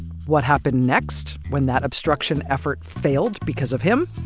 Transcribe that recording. what happened next. when that obstruction effort failed because of him?